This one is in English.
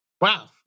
wow